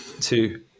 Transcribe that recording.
Two